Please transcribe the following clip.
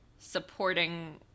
supporting